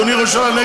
אדוני ראש הממשלה,